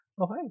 okay